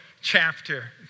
chapter